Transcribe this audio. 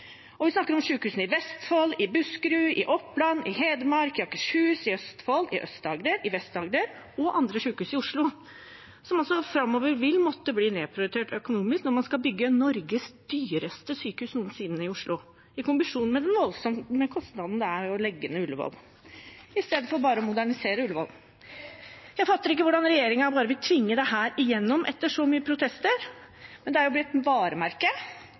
Og vi snakker om sykehusene i Vestfold, i Buskerud, i Oppland, i Hedmark, i Akershus, i Østfold, i Aust-Agder, i Vest-Agder og andre sykehus i Oslo, som framover vil måtte bli nedprioritert økonomisk, når man skal bygge Norges dyreste sykehus noensinne i Oslo, i kombinasjon med den voldsomme kostnaden det er å legge ned Ullevål istedenfor bare å modernisere det. Jeg fatter ikke hvordan regjeringen vil tvinge dette gjennom etter så mye protester. Men det er jo blitt et varemerke